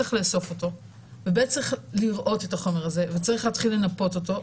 צריך לאסוף אותו; ב,' צריך לראות את החומר הזה וצריך להתחיל לנפות אותו.